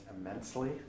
immensely